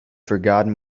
forgotten